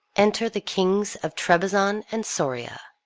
enter the kings of trebizon and soria,